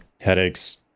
Headaches